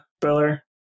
Beller